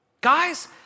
Guys